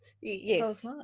yes